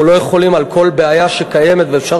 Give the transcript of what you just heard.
אנחנו לא יכולים על כל בעיה שקיימת ואשר